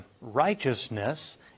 righteousness